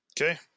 Okay